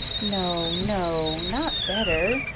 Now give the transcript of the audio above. no, no not better,